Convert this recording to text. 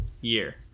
year